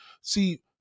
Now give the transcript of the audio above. See